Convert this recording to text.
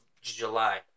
July